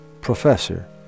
professor